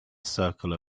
circle